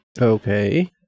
Okay